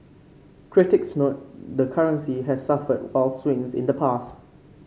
critics note the currency has suffered wild swings in the past